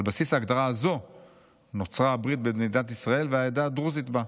על בסיס ההגדרה הזו נוצרה הברית בין מדינת ישראל והעדה הדרוזית בה.